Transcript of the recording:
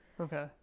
Okay